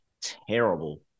Terrible